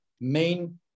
main